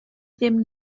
ddim